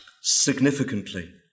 Significantly